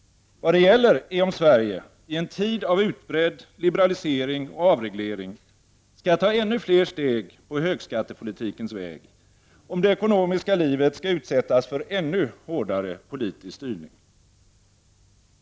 Vad det gäller är om Sverige i en tid av utbredd liberalisering och avreglering skall ta ännu fler steg på högskattepolitikens väg, om det ekonomiska livet skall utsättas för ännu hårdare politisk styrning.